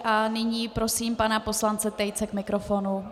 A nyní prosím pana poslance Tejce k mikrofonu.